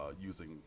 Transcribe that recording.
using